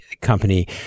company